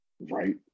right